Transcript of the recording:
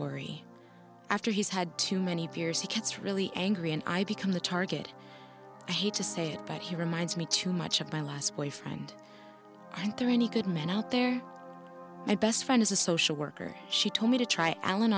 worry after he's had too many beers he gets really angry and i become the target i hate to say it but he reminds me too much of my last boyfriend or any good man out there my best friend is a social worker she told me to try alan